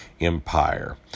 Empire